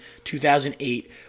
2008